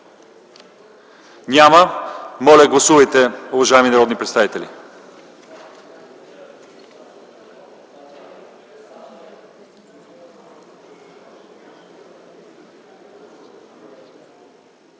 Няма. Моля, гласувайте, уважаеми народни представители.